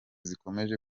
zikomeje